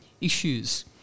issues